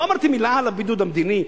לא אמרתי מלה על הבידוד המדיני,